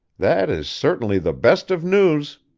that is certainly the best of news.